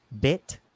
bit